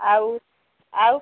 ଆଉ ଆଉ